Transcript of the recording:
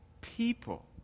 people